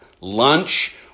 lunch